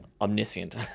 Omniscient